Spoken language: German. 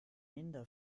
inder